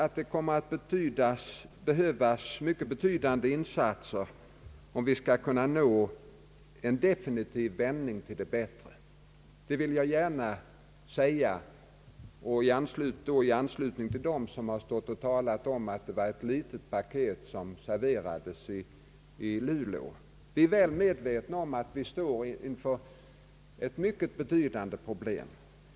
Det kommer emellertid att behövas mycket betydande insatser om vi skall kunna åstadkomma en definitiv vändning till det bättre. Det vill jag gärna framhålla i anslutning till påståendena att det var ett litet paket som serverades i Luleå. Vi är väl medvetna om att vi står inför ett mycket betydande pro blem.